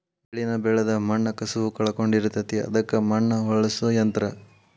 ಬೆಳಿನ ಬೆಳದ ಮಣ್ಣ ಕಸುವ ಕಳಕೊಳಡಿರತತಿ ಅದಕ್ಕ ಮಣ್ಣ ಹೊಳ್ಳಸು ಯಂತ್ರ